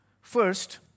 First